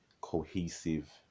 cohesive